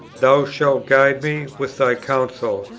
thou shalt guide me with thy counsel,